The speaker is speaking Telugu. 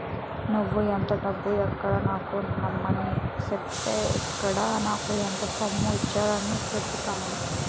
నువ్వు ఎంత డబ్బు అక్కడ నాకు ఇమ్మని సెప్పితే ఇక్కడ నాకు అంత సొమ్ము ఇచ్చేత్తారని చెప్పేరు